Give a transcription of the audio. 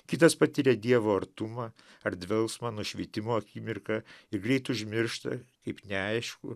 kitas patiria dievo artumą ar dvelksmą nušvitimo akimirką ir greit užmiršta kaip neaiškų